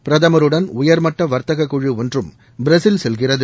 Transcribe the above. பிரதமருடன் உயர்மட்ட வர்த்தக குழு ஒன்றும் பிரேஸில் செல்கிறது